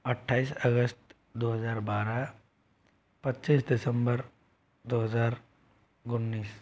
अठाईस अगस्त दो हज़ार बारह पच्चीस दिसंबर दो हज़ार उन्नीस